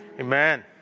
Amen